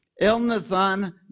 Elnathan